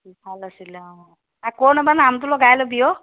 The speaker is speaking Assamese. ভাল আছিলে অঁ আকৌ এবাৰ নামটো লগাই ল'বি অ'